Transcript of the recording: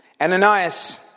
Ananias